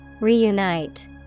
Reunite